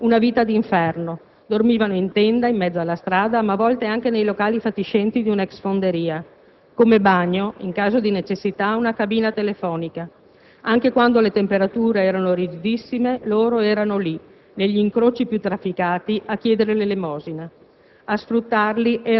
Per loro una vita d'inferno; dormivano in tenda, in mezzo alla strada, ma a volte anche nei locali fatiscenti di una ex fonderia. Come bagno, in caso di necessità, una cabina telefonica. Anche quando le temperature erano rigidissime loro erano lì, negli incroci più trafficati, a chiedere l'elemosina.